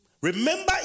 Remember